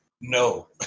no